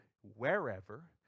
wherever